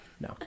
no